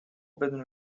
بدون